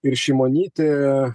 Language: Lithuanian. ir šimonytė